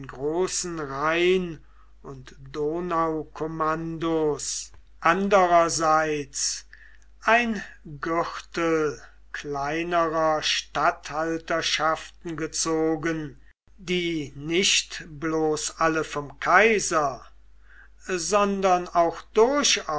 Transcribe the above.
großen rhein und donaukommandos andererseits ein gürtel kleinerer statthalterschaften gezogen die nicht bloß alle vom kaiser sondern auch durchaus